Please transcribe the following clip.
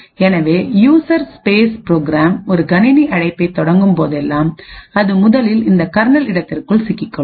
எனவே user space program ஒரு கணினி அழைப்பைத் தொடங்கும் போதெல்லாம் அது முதலில் இந்த கர்னல் இடத்திற்குள் சிக்கிக்கொள்ளும்